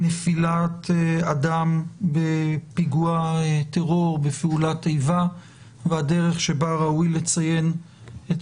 נפילת אדם בפיגוע טרור בפעולת איבה והדרך שבה ראוי לציין את